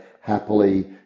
happily